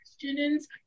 questions